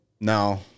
no